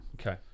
Okay